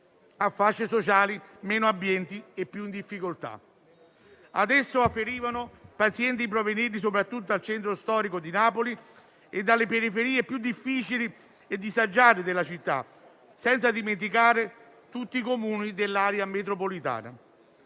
a fasce sociali meno abbienti e più in difficoltà. Ad esso afferivano pazienti provenienti soprattutto dal centro storico di Napoli e dalle periferie più difficili e disagiate della città, senza dimenticare tutti i Comuni dell'area metropolitana.